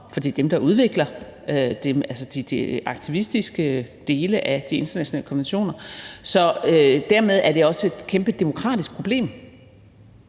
for det er dem, der udvikler de aktivistiske dele af de internationale konventioner. Så dermed er det også et kæmpe demokratisk problem.